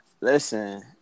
Listen